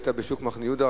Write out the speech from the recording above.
היית בשוק מחנה-יהודה,